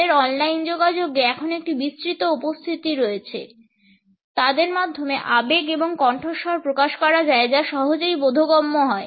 তাদের অনলাইন যোগাযোগে এখন একটি বিস্তৃত উপস্থিতি রয়েছে তাদের মাধ্যমে আবেগ এবং কণ্ঠস্বর প্রকাশ করা যায় যা সহজেই বোধগম্য হয়